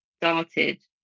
started